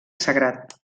sagrat